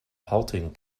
halting